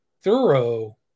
thorough